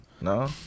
No